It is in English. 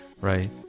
right